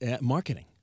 Marketing